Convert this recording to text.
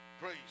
praise